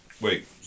Wait